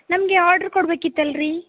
ನಮಗೆ ಆರ್ಡ್ರ್ ಕೊಡಬೇಕಿತ್ತಲ್ರಿ